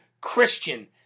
Christian